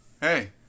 hey